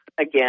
again